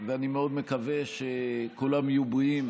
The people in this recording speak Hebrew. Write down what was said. אני מאוד מקווה שכולם יהיו בריאים,